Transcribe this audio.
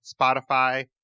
Spotify